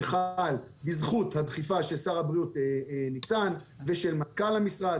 שחל בזכות הדחיפה של שר הבריאות ניצן ושל מנכ"ל משרד הבריאות,